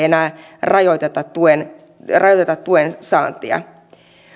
enää rajoiteta tuen rajoiteta tuen saantia